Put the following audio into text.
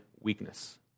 weakness